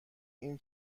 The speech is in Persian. این